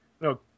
No